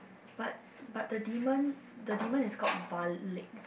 but but the demon is got a warlick